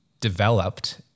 developed